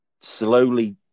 slowly